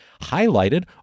highlighted